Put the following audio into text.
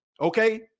okay